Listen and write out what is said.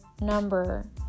number